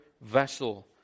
vessel